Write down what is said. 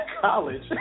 college